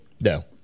No